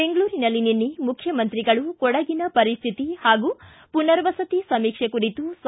ಬೆಂಗಳೂರಿನಲ್ಲಿ ನಿನ್ನೆ ಮುಖ್ಯಮಂತ್ರಿಗಳು ಕೊಡಗಿನ ಪರಿಸ್ಥಿತಿ ಹಾಗೂ ಪುನರ್ವಸತಿ ಸಮೀಕ್ಷೆ ಕುರಿತು ಸಾ